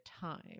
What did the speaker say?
time